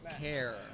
care